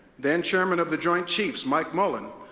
then-chairman of the joint chiefs, mike mullen,